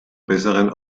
besseren